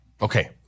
Okay